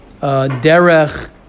Derech